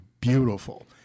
beautiful